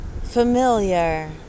familiar